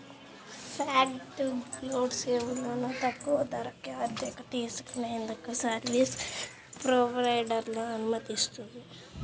fog to cloud సేవలను తక్కువ ధరకే అద్దెకు తీసుకునేందుకు సర్వీస్ ప్రొవైడర్లను అనుమతిస్తుంది